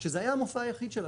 שזה היה המופע היחיד שלה,